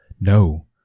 No